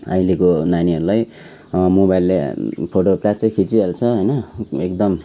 अहिलेको नानीहरूलाई मोबाइलले फोटो प्लाच्चै खिचिहाल्छ होइन एकदम